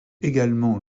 également